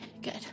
good